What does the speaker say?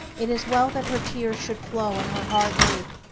it is well that her tears should flow and her heart ache,